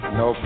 no